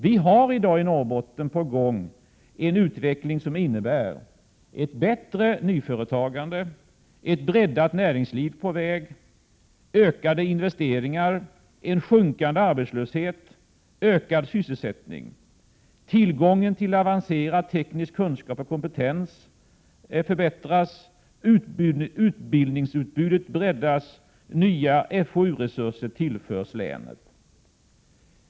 Vi har i dag i Norrbotten i gång en utveckling som innebär ett bättre nyföretagande, ett breddat näringsliv på väg, ökade investeringar, en sjunkande arbetslöshet och ökad sysselsättning. Tillgången till avancerad teknisk kunskap och kompetens förbättras, utbildningsutbudet breddas och nya fou-resurser tillförs länet.